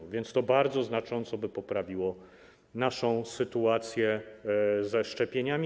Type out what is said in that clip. Tak więc to bardzo znacząco poprawiłoby naszą sytuację ze szczepieniami.